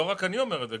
לא רק אני אומר את זה,